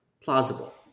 plausible